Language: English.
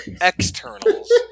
Externals